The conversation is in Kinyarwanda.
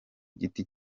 giti